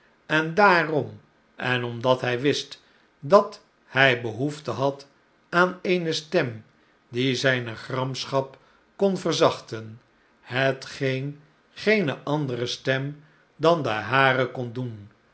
en daarom en omdat hij wist dat hij behoefte had aan eene stem die zijne gramschap kon verzachten hetgeen geene andere stem dan de hare kon doen